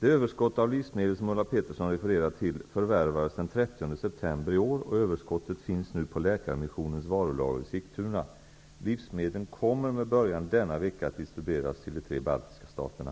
Det överskott av livsmedel som Ulla Pettersson refererar till förvärvades den 30 september i år, och överskottet finns nu på Läkarmissionens varulager i Sigtuna. Livsmedlen kommer med början denna vecka att distribueras till de tre baltiska staterna.